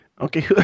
Okay